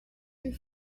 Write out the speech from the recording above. your